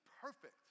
perfect